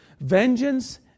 vengeance